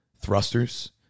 thrusters